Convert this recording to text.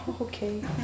Okay